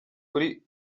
kuri